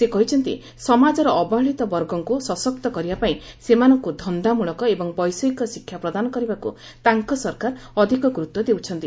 ସେ କହିଛନ୍ତି ସମାଜର ଅବହେଳିତ ବର୍ଗଙ୍କୁ ସଶକ୍ତ କରିବା ପାଇଁ ସେମାନଙ୍କୁ ଧନ୍ଦାମଳକ ଏବଂ ବୈଷୟିକ ଶିକ୍ଷା ପ୍ରଦାନ କରିବାକୁ ତାଙ୍କ ସରକାର ଅଧିକ ଗୁରୁତ୍ୱ ଦେଉଛନ୍ତି